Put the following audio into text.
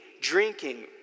drinking